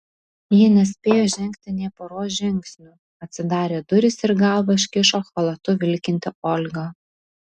ji nespėjo žengti nė poros žingsnių atsidarė durys ir galvą iškišo chalatu vilkinti olga